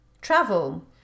travel